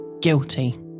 Guilty